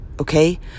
okay